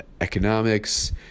economics